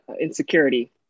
insecurity